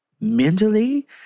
mentally